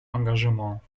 engagement